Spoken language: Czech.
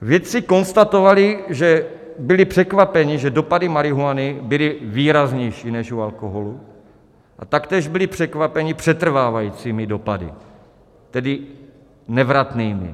Vědci konstatovali, že byli překvapeni, že dopady marihuany byly výraznější než u alkoholu, a taktéž byli překvapeni přetrvávajícími dopady, tedy nevratnými.